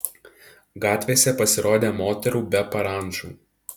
gatvėse pasirodė moterų be parandžų